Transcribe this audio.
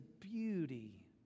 beauty